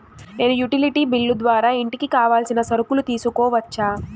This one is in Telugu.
నేను యుటిలిటీ బిల్లు ద్వారా ఇంటికి కావాల్సిన సరుకులు తీసుకోవచ్చా?